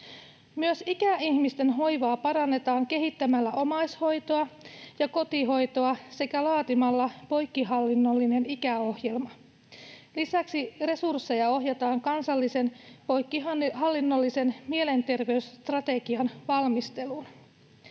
Myös ikäihmisten hoivaa parannetaan kehittämällä omaishoitoa ja kotihoitoa sekä laatimalla poikkihallinnollinen ikäohjelma. Lisäksi resursseja ohjataan kansallisen poikkihallinnollisen mielenterveysstrategian valmisteluun.